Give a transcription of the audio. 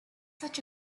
such